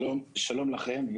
שלום לכולם,